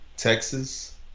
Texas